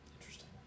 Interesting